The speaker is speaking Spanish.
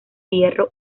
hierro